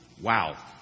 Wow